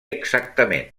exactament